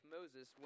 Moses